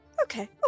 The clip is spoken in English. Okay